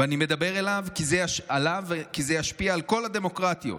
ואני מדבר עליו כי זה ישפיע על כל הדמוקרטיות,